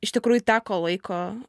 iš tikrųjų teko laiko